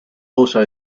also